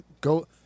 Go